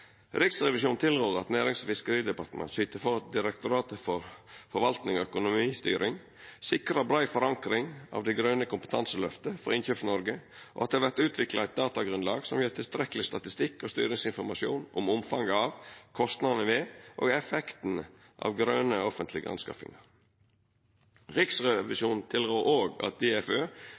Riksrevisjonen tilrår at Nærings- og fiskeridepartementet syter for at Direktoratet for forvaltning og økonomistyring, DFØ, sikrar brei forankring av det grøne kompetanseløftet for Innkjøps-Noreg, og at det vert utvikla eit datagrunnlag som gjev tilstrekkeleg statistikk og styringsinformasjon om omfanget av, kostnadene ved og effekten av grøne offentlege anskaffingar. Riksrevisjonen tilrår òg at DFØ gjer rettleiingsmateriellet meir brukarvenleg og kjent for innkjøparar i det